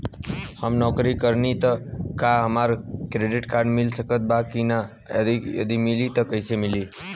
हम नौकरी करेनी त का हमरा क्रेडिट कार्ड मिल सकत बा की न और यदि मिली त कैसे मिली?